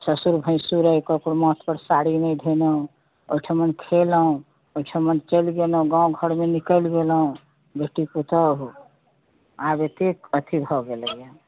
ससुर भैसुर यऽ केकरो माथ पर साड़ी नहि धयलहुँ ओहिठमा उठेलहुँ ओहिठमा चलि गेलहुँ गाँव घरमे निकलि गेलहुँ बेटी पूतोहू आब एतेक अथी भऽ गेलैया